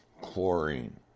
chlorine